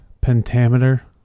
pentameter